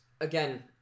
again